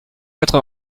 quatre